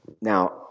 Now